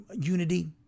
unity